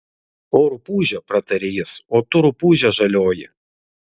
o rupūže pratarė jis o tu rupūže žalioji